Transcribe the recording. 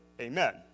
Amen